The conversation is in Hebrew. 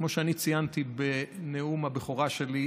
כמו שציינתי בנאום הבכורה שלי,